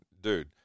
Dude